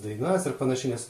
dainas ir panašiai nes